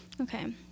Okay